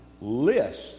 list